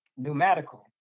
pneumatical